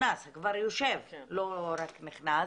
כבר יושב לא רק נכנס,